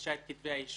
מגישה את כתבי האישום.